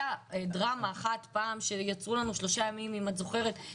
הייתה דרמה אחת פעם שהם יצרו לנו שלושה ימים של דיונים